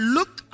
Look